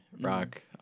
rock